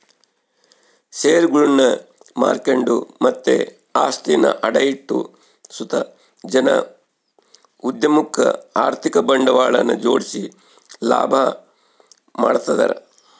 ಷೇರುಗುಳ್ನ ಮಾರ್ಕೆಂಡು ಮತ್ತೆ ಆಸ್ತಿನ ಅಡ ಇಟ್ಟು ಸುತ ಜನ ಉದ್ಯಮುಕ್ಕ ಆರ್ಥಿಕ ಬಂಡವಾಳನ ಜೋಡಿಸಿ ಲಾಭ ಮಾಡ್ತದರ